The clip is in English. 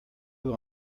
will